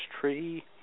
tree